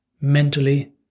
mentally